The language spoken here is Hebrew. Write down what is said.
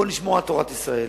בואו נשמור על תורת ישראל